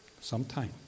sometime